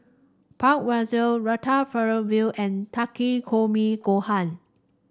Ratatouille and Takikomi Gohan